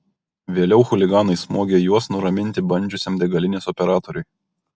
vėliau chuliganai smogė juos nuraminti bandžiusiam degalinės operatoriui